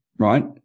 Right